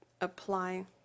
apply